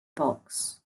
box